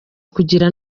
kugira